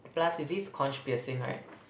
plus with these conch piercing right